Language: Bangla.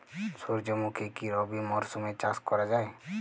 সুর্যমুখী কি রবি মরশুমে চাষ করা যায়?